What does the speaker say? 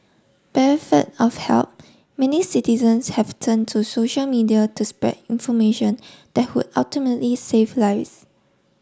of help many citizens have turn to social media to spread information that would ultimately save lives